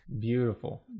Beautiful